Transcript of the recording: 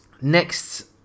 next